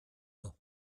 lent